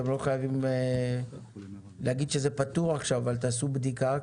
אתם לא חייבים להגיד שזה פתוח אבל תעשו בדיקה.